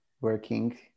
working